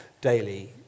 daily